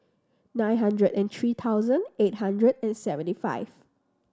nine hundred and three thousand eight hundred and seventy five